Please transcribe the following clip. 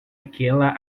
aquela